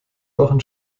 wochen